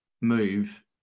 move